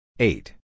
Eight